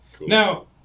Now